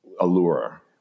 allure